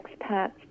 expats